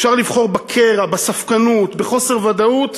אפשר לבחור בקרע, בספקנות, בחוסר ודאות,